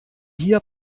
hier